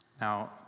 Now